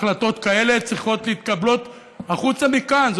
החלטות כאלה צריכות להתקבל החוצה מכאן.